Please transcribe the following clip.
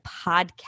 Podcast